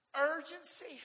urgency